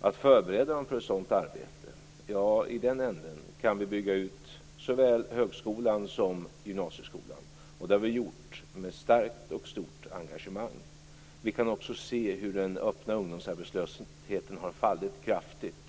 För att förbereda dem för ett sådant arbete kan vi bygga ut såväl högskolan som gymnasieskolan, och det har vi gjort med starkt och stort engagemang. Vi kan också se hur den öppna ungdomsarbetslösheten har fallit kraftigt.